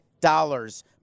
dollars